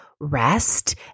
rest